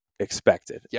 expected